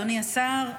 אדוני השר,